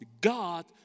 God